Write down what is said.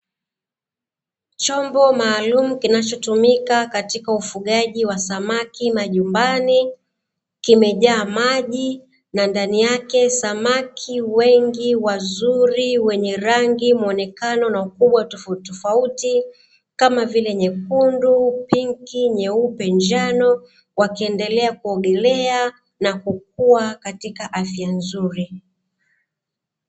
Chombo maalumu kinachotumika katika ufugaji wa samaki majumbani kimejaa maji na ndani yake samaki wengi wazuri wenye rangi, muonekano na ukubwa tofautitofauti kama vile nyekundu, pinki, nyeupe, njano wakiendelea kuogelea na kukua katika afya nzuri.